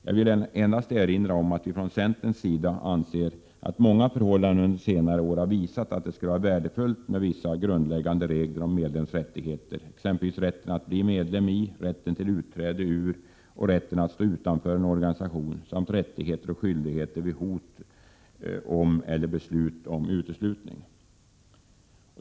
Jag vill endast erinra om att vi från centerns sida anser att många förhållanden under senare år har visat att det skulle vara värdefullt med vissa grundläggande regler om medlems rättigheter, exempelvis rätten att bli medlem i, rätten till utträde ur och rätten att stå utanför en organisation samt rättigheter och skyldigheter vid hot om eller beslut om uteslutning.